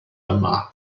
yma